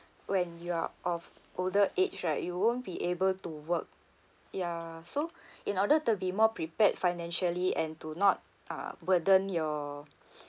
when you are of older age right you won't be able to work ya so in order to be more prepared financially and do not uh burden your